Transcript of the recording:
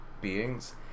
beings